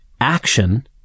Action